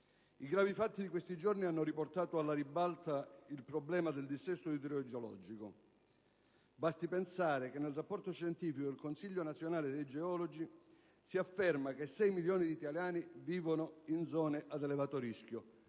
I gravi fatti di questi giorni hanno riportato alla ribalta il problema del dissesto idrogeologico. Basti pensare che nel rapporto scientifico del Consiglio nazionale dei geologi si afferma che 6 milioni di italiani vivono in zone ad elevato rischio.